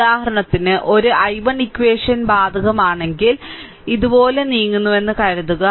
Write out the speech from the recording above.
ഉദാഹരണത്തിന് ഒരു I1 equation ബാധകമാണെങ്കിൽ ഞാൻ ഇതുപോലെ നീങ്ങുന്നുവെന്ന് കരുതുക